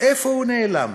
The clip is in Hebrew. איפה הוא נעלם?